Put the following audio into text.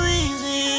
easy